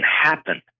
happen